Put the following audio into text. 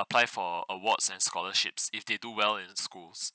apply for awards and scholarships if they do well in schools